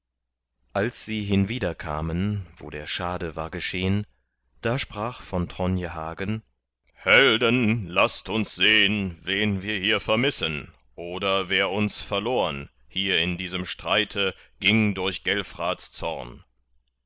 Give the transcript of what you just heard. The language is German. als sie hinwieder kamen wo der schade war geschehn da sprach von tronje hagen helden laßt uns sehn wen wir hier vermissen oder wer uns verlorn hier in diesem streite ging durch gelfrats zorn